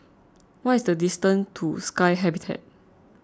what is the distance to Sky Habitat